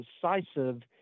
decisive